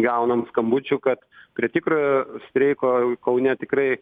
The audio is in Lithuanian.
gaunam skambučių kad prie tikrojo streiko kaune tikrai